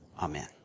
Amen